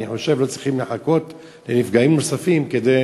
אני חושב שלא צריכים לחכות לנפגעים נוספים כדי